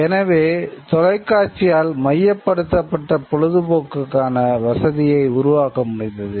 எனவே தொலைக்காட்சியால் மையப்படுத்தப்பட்ட பொழுதுபோக்குக்கான வசதியை உருவாக்க முடிந்தது